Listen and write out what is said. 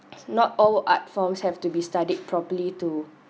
its not all art forms have to be studied properly to